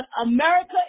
America